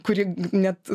kuri net